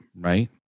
right